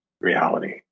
reality